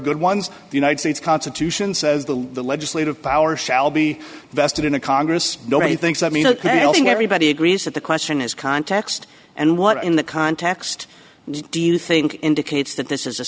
good ones the united states constitution says the legislative power shall be vested in a congress nobody thinks i mean i think everybody agrees that the question is context and what in the context do you think indicates that this is a